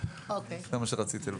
טוב, זה מה שרציתי לוודא.